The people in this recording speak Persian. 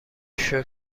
شکر